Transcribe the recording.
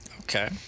okay